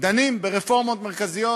דנים ברפורמות מרכזיות